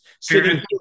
sitting